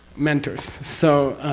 mentors. so.